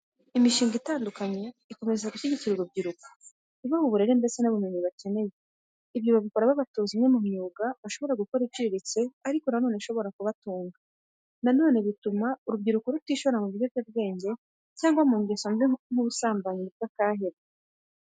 Imishinga itandukanye ikomeza gushyigikira urubyiruko ibaha uburere ndetse n'ubumenyi bakeneye. Ibyo babikora babatoza imwe mu myuga bashobora gukora iciriritse ariko nanone ishobora kubatunga. Na none bituma urubyiruko rutishora mu ibiyobyabwenge cyangwa mu ngeso mbi nk'ubusambanyi bw'akahebwe.